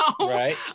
Right